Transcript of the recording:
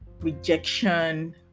rejection